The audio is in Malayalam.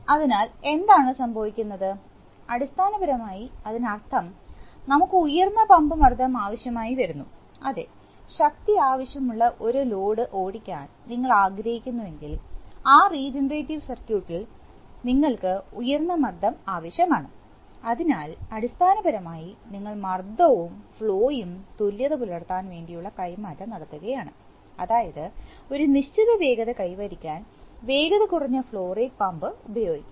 അതിനാൽ എന്താണ് സംഭവിക്കുന്നത് അടിസ്ഥാനപരമായി അതിനർത്ഥം നമുക്ക് ഉയർന്ന പമ്പ് മർദ്ദം ആവശ്യമായി വരുന്നു അതേ ശക്തി ആവശ്യം ഉള്ള ഒരു ലോഡ് ഓടിക്കാൻ നിങ്ങൾ ആഗ്രഹിക്കുന്നുവെങ്കിൽ ആ റീജനറേറ്റീവ് സർക്യൂട്ടിൽ നിങ്ങൾക്ക് ഉയർന്ന മർദ്ദം ആവശ്യമാണ് അതിനാൽ അടിസ്ഥാനപരമായി നിങ്ങൾ മർദവും ഉം ഫ്ലോയും തുല്യത പുലർത്താൻ വേണ്ടിയുള്ള കൈമാറ്റം നടത്തുകയാണ് അതായത് ഒരു നിശ്ചിത വേഗത കൈവരിക്കാൻ വേഗത കുറഞ്ഞ ഫ്ലോ റേറ്റ് പമ്പ് ഉപയോഗിക്കാം